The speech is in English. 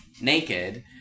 naked